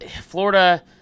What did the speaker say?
Florida –